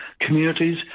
communities